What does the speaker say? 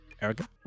Erica